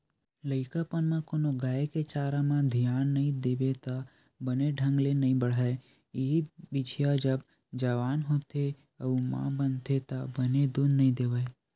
लइकापन म कोनो गाय के चारा म धियान नइ देबे त बने ढंग ले नइ बाड़हय, इहीं बछिया जब जवान होथे अउ माँ बनथे त बने दूद नइ देवय